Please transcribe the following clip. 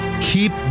keep